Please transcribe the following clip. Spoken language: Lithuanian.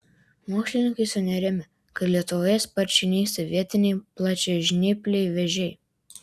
mokslininkai sunerimę kad lietuvoje sparčiai nyksta vietiniai plačiažnypliai vėžiai